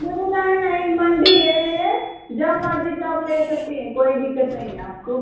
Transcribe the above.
नहीं नहीं नहीं मंडी है यह जब मर्ज़ी तब ले सकती हैं कोई दिक्कत नहीं है आपको